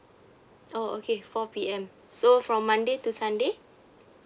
oh okay four P_M so from monday to sunday